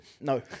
No